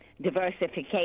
diversification